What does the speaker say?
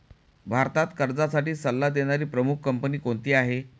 भारतात कर्जासाठी सल्ला देणारी प्रमुख कंपनी कोणती आहे?